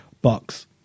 Bucks